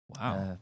Wow